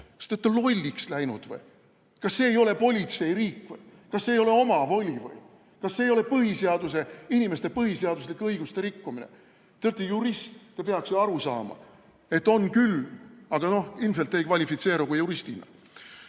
te olete lolliks läinud või? Kas see ei ole politseiriik või? Kas see ei ole omavoli või? Kas see ei ole inimeste põhiseaduslike õiguste rikkumine? Te olete jurist, te peaks ju aru saama, et on küll. Aga ilmselt te ei kvalifitseeru ka juristina. Ma